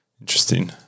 Interesting